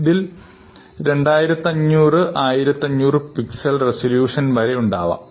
ഇതിൽ 2500x 1500 pixel resolution വരെ ഉണ്ടാകാം